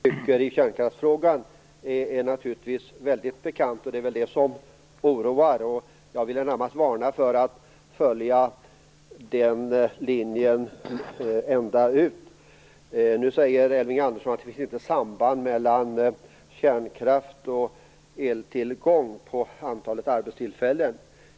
Herr talman! Vad ni i Centern tycker i kärnkrafstfrågan är naturligtvis väldigt bekant, och det är väl det som oroar. Jag vill närmast varna för att följa den linjen fullt ut. Nu säger Elving Andersson att det inte finns något samband mellan kärnkraften/eltillgången och antalet arbetstillfällen.